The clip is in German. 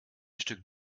stück